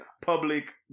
public